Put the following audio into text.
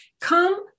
Come